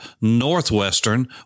northwestern